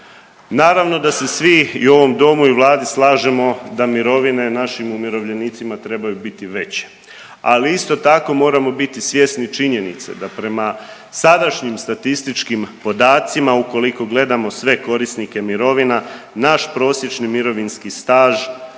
Naravno da se svi i u ovom domu i u vladi slažemo da mirovine našim umirovljenicima trebaju biti veće, ali isto tako moramo biti svjesni činjenice da prema sadašnjim statističkim podacima ukoliko gledamo sve korisnike mirovina, naš prosječni mirovinski staž